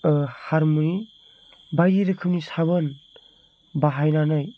हारमनि बायदि रोखोमनि साबोन बाहायनानै